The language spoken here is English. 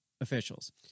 officials